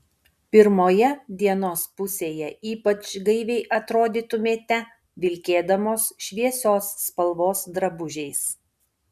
pirmoje dienos pusėje ypač gaiviai atrodytumėte vilkėdamos šviesios spalvos drabužiais